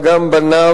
אלא גם בניו,